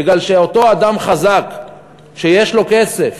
בגלל שאותו אדם חזק שיש לו כסף,